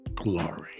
Glory